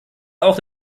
auch